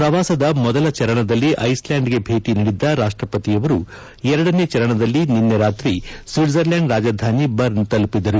ಪ್ರವಾಸದ ಮೊದಲ ಚರಣದಲ್ಲಿ ಐಸ್ಲ್ಯಾಂಡ್ಗೆ ಭೇಟಿ ನೀಡಿದ್ದ ರಾಷ್ಟಪತಿಯವರು ಎರಡನೇ ಚರಣದಲ್ಲಿ ನಿನ್ನೆ ರಾತ್ರಿ ಸ್ವಿಧ್ವರ್ಲ್ಯಾಂಡ್ ರಾಜಧಾನಿ ಬರ್ನ್ ತಲುಪಿದರು